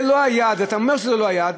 זה לא היעד, אתה אומר שזה לא היעד,